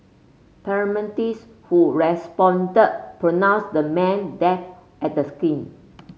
paramedics who responded pronounced the man dead at the skin